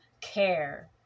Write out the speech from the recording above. care